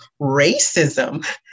racism